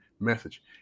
message